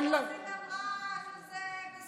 נהפוך הוא, מיכל רוזין אמרה שזה בסדר.